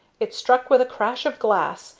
it struck with a crash of glass,